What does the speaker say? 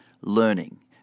learning